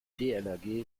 dlrg